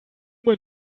mein